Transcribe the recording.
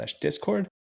discord